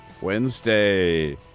Wednesday